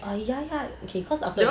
err ya ya okay because